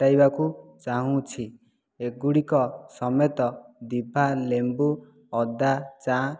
ହଟାଇବାକୁ ଚାହୁଁଛି ଏଗୁଡ଼ିକ ସମେତ ଦିଭା ଲେମ୍ବୁ ଅଦା ଚା